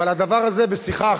ועל הדבר הזה בשיחה,